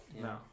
No